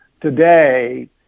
today